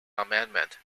amendment